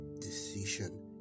decision